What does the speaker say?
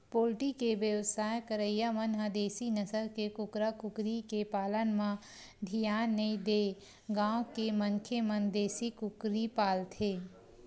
poultry के बेवसाय करइया मन ह देसी नसल के कुकरा कुकरी के पालन म धियान नइ देय गांव के मनखे मन देसी कुकरी पालथे